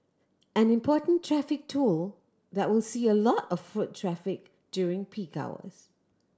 an important traffic tool that will see a lot of foot traffic during peak hours